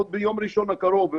עוד ביום ראשון הקרוב.